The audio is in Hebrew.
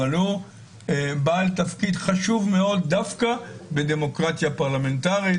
אבל הוא בעל תפקיד חשוב מאוד דווקא בדמוקרטיה פרלמנטרית.